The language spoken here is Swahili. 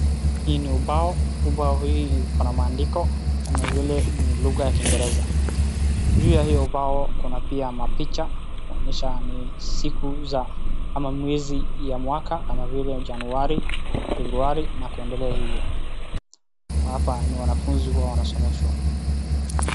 Hii ni ubao. Ubao hii ikona maandiko kama vile ni lugha kiingereza. Juu ya hio ubao kuna pia mapicha kuonyesha ni siku za ama mwezi ya mwaka kama vile Januari, Februari na kuendelea hivyo. Hapa ni wanafunzi huwa wanasomeshwa.